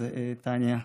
אז טניה,